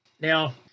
Now